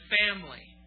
family